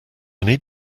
need